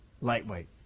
Lightweight